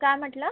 काय म्हटलं